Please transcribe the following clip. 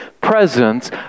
presence